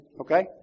Okay